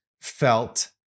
felt